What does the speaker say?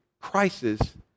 crisis